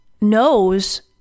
knows